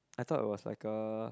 I thought it was like a